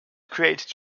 created